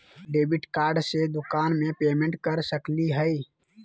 Debit card से दुकान में पेमेंट कर सकली हई?